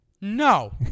No